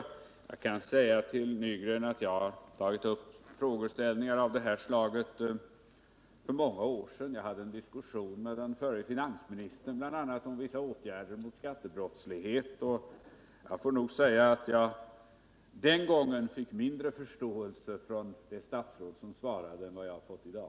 Jag kan säga Arne Nygren att jag för många år sedan tagit upp frågeställningar av det här slaget. Jag hade en diskussion med den förre finansministern om bl.a. vissa åtgärder mot ekonomisk brottslighet. Jag får säga att jag den gången fick mindre förståelse från det statsråd som svarade än vad jag har fått i dag.